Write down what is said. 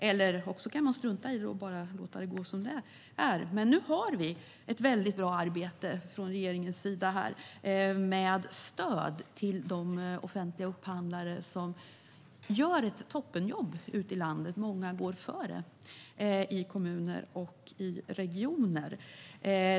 Annars kan man strunta i det och låta det bli som det blir. Men nu har vi ett väldigt bra arbete från regeringens sida med stöd till de offentliga upphandlare som gör ett toppenjobb ute i landet. Många går före i kommuner och regioner.